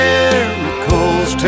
Miracles